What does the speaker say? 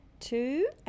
Two